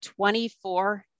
24